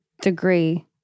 degree